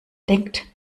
denkt